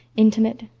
intimate,